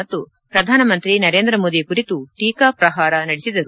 ಮತ್ತು ಪ್ರಧಾನ ಮಂತ್ರಿ ನರೇಂದ್ರ ಮೋದಿ ಕುರಿತ ಟೀಕಾ ಪ್ರಹಾರ ನಡೆಸಿದರು